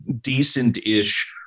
decent-ish